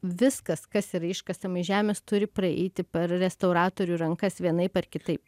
viskas kas yra iškasama iš žemės turi praeiti per restauratorių rankas vienaip ar kitaip